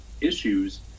issues